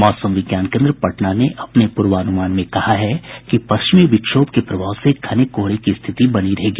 मौसम विज्ञान केन्द्र पटना ने अपने पूर्वानुमान में कहा है कि पश्चिमी विक्षोभ के प्रभाव से घने कोहरे की स्थिति बनी रहेगी